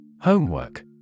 Homework